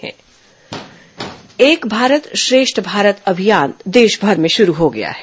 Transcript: एक भारत श्रेष्ठ भारत एक भारत श्रेष्ठ भारत अभियान देशभर में शुरू हो गया है